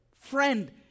Friend